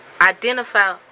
identify